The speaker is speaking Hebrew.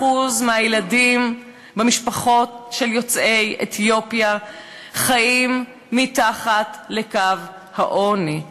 מהילדים במשפחות של יוצאי אתיופיה חיים מתחת לקו העוני.